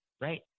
right